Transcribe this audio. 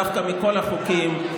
דווקא מכל החוקים,